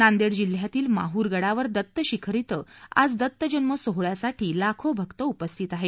नांदेड जिल्ह्यातील माहूर गडावर दत्तशिखर इथं आज दत्त जन्म सोहळ्यासाठी लाखो भक्त उपस्थित आहेत